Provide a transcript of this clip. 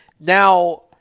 Now